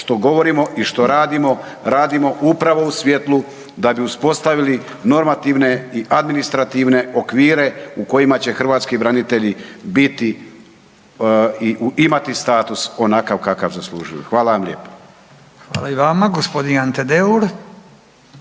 što govorimo i što radimo, radimo upravo u svjetlu da bi uspostavili normativne i administrativne okvire u kojima će hrvatski branitelji biti i imati status onakav kakav zaslužuju. Hvala vam lijepa. **Radin, Furio